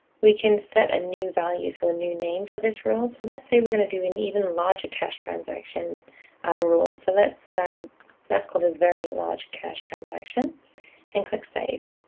we can set a new value, so a new name for this rule. so let's say we're going to do an even larger cash transaction ah so let's um let's call this very large cash transaction and click save.